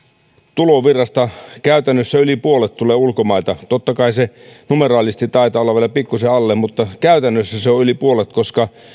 tulovirrasta käytännössä yli puolet tulee ulkomailta numeraalisesti se taitaa olla vielä pikkusen alle mutta käytännössä se on yli puolet niin